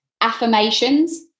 Affirmations